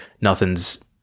nothing's